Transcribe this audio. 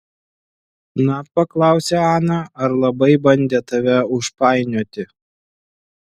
na paklausė ana ar labai bandė tave užpainioti